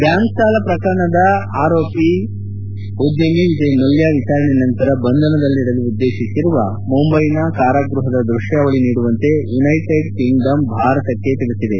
bank ಸಾಲ ಬಾಕಿ ಪ್ರಕರಣದ ಆರೋಪಿ ಉದ್ದಮಿ ವಿಜಯ್ ಮಲ್ಯ ವಿಚಾರಣೆ ನಂತರ ಬಂಧನದಲ್ಲಿಡಲು ಉದ್ದೇಶಿಸಿರುವ ಮುಂದೈನ ಕಾರಾಗೃಹದ ದೃಶ್ಥಾವಳಿ ನೀಡುವಂತೆ ಯುನೈಟೆಡ್ ಕಿಂಗಡಮ್ ಭಾರತಕ್ಷೆ ತಿಳಿಸಿದೆ